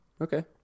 Okay